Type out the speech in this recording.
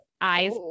Eyes